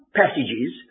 passages